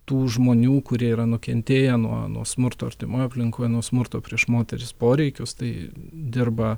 tų žmonių kurie yra nukentėję nuo nuo smurto artimoj aplinkoj nuo smurto prieš moteris poreikius tai dirba